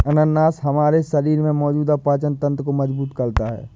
अनानास हमारे शरीर में मौजूद पाचन तंत्र को मजबूत करता है